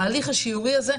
ההליך השיורי הזה,